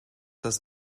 das